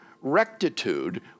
rectitude